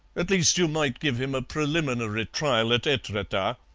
at least you might give him a preliminary trial at etretat.